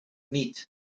niet